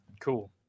Cool